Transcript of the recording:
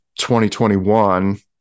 2021